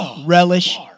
relish